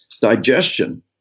Digestion